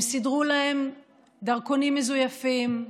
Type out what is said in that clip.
הם סידרו להם דרכונים מזויפים,